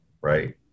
right